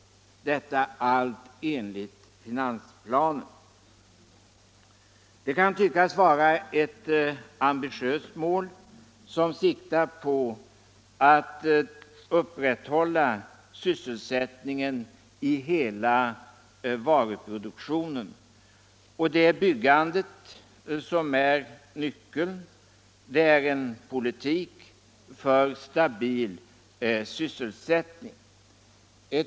Detta allt enligt finansplanen. Det kan tyckas vara ett ambitiöst mål som siktar till att upprätthålla sysselsättningen i hela varuproduktionen. Och det är byggandet som är nyckeln. Det är en politik för stabil sysselsättning.